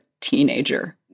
teenager